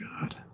God